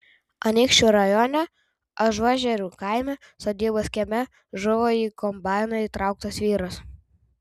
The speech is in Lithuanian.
anykščių rajone ažuožerių kaime sodybos kieme žuvo į kombainą įtrauktas vyras